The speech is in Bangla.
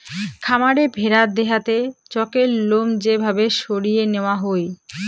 খামারে ভেড়ার দেহাতে চকের লোম যে ভাবে সরিয়ে নেওয়া হই